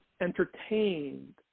entertained